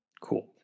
Cool